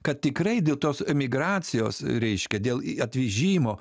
kad tikrai dėl tos emigracijos reiškia dėl atvežimo